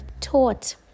taught